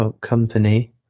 company